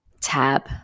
TAB